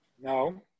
No